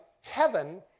heaven